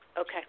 Okay